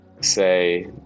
say